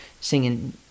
singing